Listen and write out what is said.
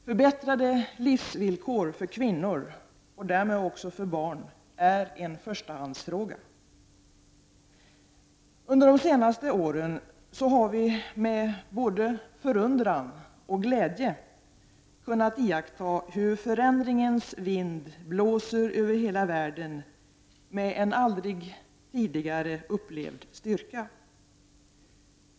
Förbättrade livsvillkor för kvinnor och därmed också för barn är en förstahandsfråga. Under de senaste åren har vi, med både förundran och glädje kunnat iaktta hur förändringens vind blåser över hela världen med en aldrig tidigare upplevd styrka.